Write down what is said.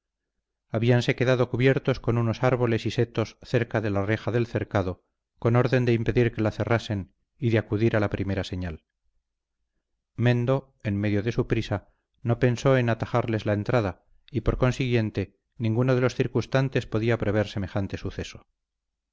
habíanse quedado cubiertos con unos árboles y setos cerca de la reja del cercado con orden de impedir que la cerrasen y de acudir a la primera señal mendo en medio de su prisa no pensó en atajarles la entrada y por consiguiente ninguno de los circunstantes podía prever semejante suceso